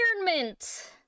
Environment